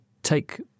take